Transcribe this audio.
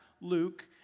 Luke